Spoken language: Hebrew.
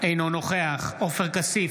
אינו נוכח עופר כסיף,